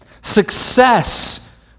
success